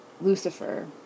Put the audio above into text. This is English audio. Lucifer